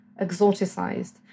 exoticized